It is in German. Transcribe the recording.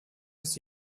ist